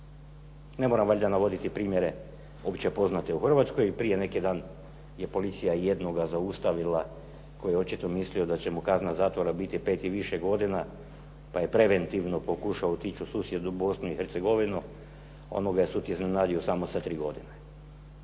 Ne moram valjda navoditi primjere opće poznate u Hrvatskoj. Prije neki dan je policija jednoga zaustavila koji je očito mislio da će mu kazna zatvora biti 5 i više godina pa je preventivno pokušao otići u susjednu Bosnu i Hercegovinu, onda ga je sud iznenadio samo sa 3 godine.